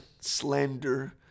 slander